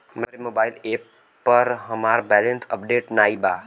हमरे mobile app पर हमार बैलैंस अपडेट नाई बा